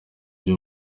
byo